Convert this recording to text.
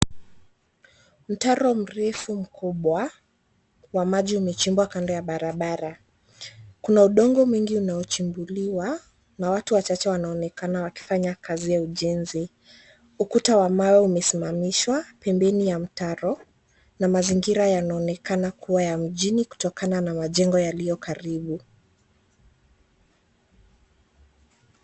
Mtaro mrefu mkubwa wa maji, umechimbwa kando ya barabara. Kuna udongo mwingi unaochimbuliwa na watu wachache wanaonekana wakifanya kazi ya ujenzi. Ukuta wa mawe umesimamishwa pembeni ya mtaro na mazingira yanaonekana kuwa ya mjini, kutokana na majengo yaliyo karibu.